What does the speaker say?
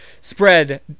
spread